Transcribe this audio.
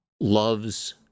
loves